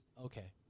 Okay